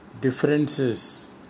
differences